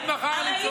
כן?